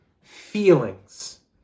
feelings